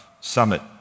summit